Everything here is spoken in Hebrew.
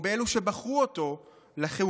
או באלו בחרו אותו לכהונתו.